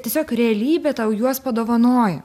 tiesiog realybė tau juos padovanojo